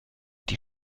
die